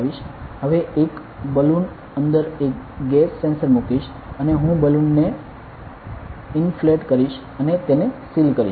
હૅવે એક બલૂન અંદર એક ગેસ સેન્સર મૂકીશ અને હું બલૂનને ઇનફલેટ કરીશ અને તેને સીલ કરીશ